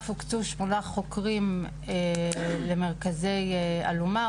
הוקצו שמונה חוקרים למרכזי אלומה,